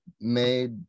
made